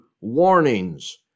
warnings